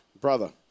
Brother